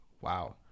Wow